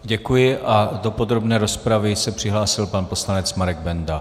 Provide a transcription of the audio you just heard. Děkuji a do podrobné rozpravy se přihlásil pan poslanec Marek Benda.